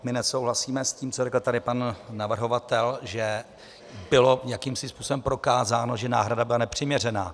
My nesouhlasíme s tím, co řekl tady pan navrhovatel, že bylo jakýmsi způsobem prokázáno, že náhrada byla nepřiměřená.